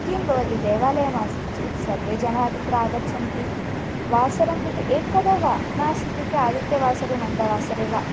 किं भवति देवालयमासीत् चेत् सर्वे जनाः तत्र आगच्छन्ति वासरं प्रति एकदा वा नास्ति इत्युक्ते आदित्यवासरे मन्दवासरे वा